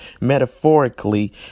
metaphorically